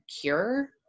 cure